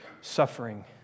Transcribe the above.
suffering